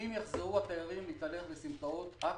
אם יחזרו התיירים להתהלך בסמטאות עכו,